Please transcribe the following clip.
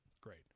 Great